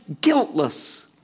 guiltless